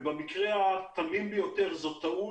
ובמקרה התמים ביותר זו טעות.